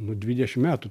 nu dvidešim metų